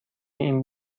این